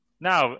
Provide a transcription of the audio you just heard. Now